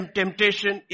temptation